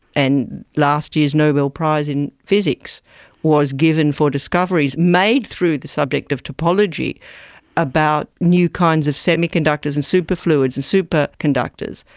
and last year's nobel prize in physics was given for discoveries made through the subject of topology about new kinds of semiconductors and superfluids and superconductors,